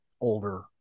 older